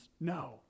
no